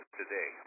today